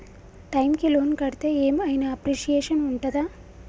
Time కి loan కడ్తే ఏం ఐనా అప్రిషియేషన్ ఉంటదా?